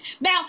Now